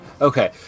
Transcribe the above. Okay